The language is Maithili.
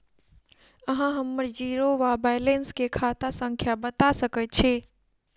अहाँ हम्मर जीरो वा बैलेंस केँ खाता संख्या बता सकैत छी?